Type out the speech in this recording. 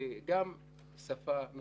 ביקורת המדינה צריכה לעסוק בהם בצורה משמעותית.